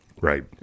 Right